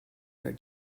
are